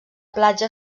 platja